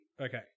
Okay